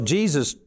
Jesus